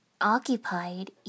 occupied